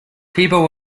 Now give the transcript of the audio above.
people